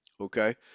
okay